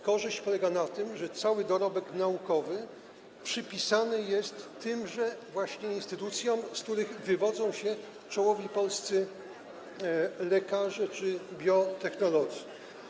Korzyść polega na tym, że cały dorobek naukowy przypisany jest tymże właśnie instytucjom, z których wywodzą się czołowi polscy lekarze czy biotechnolodzy.